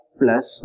plus